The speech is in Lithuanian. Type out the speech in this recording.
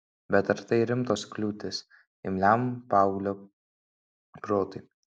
bet ar tai rimtos kliūtys imliam paauglio protui